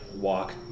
walk